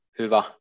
hyvä